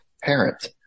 parent